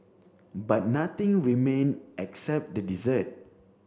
but nothing remained except the desert